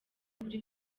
kuri